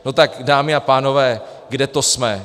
No tak dámy a pánové, kde to jsme?